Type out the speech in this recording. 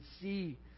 see